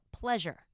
pleasure